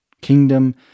kingdom